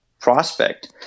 prospect